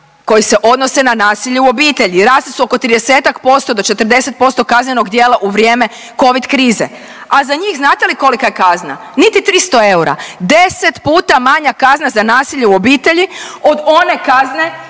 koji se odnose na nasilje u obitelji. Rasli su oko 30% do 40% kaznenog djela u vrijeme Covid krize. A za njih znate li kolika je kazna? Niti 300 eura, 10 puta manja kazna za nasilje u obitelji od one kazne